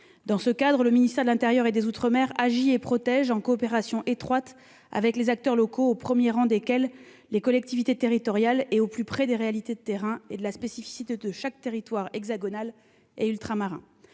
Dans ce cadre, le ministère de l'intérieur et des outre-mer agit et protège, en coopération étroite avec les acteurs locaux, au premier rang desquels les collectivités territoriales. Il est au plus près des réalités de terrain et prend en compte la spécificité de chaque territoire hexagonal et ultramarin.